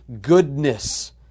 goodness